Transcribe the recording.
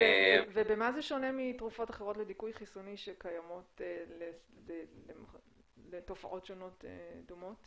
במה זה שונה מתרופות אחרות לדיכוי חיסוני שקיימות לתופעות דומות?